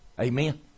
Amen